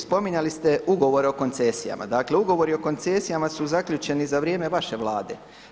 Spominjali ste ugovore o koncesijama, dakle ugovori o koncesijama su zaključeni za vrijeme vaše Vlade.